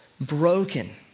broken